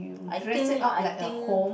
I think I think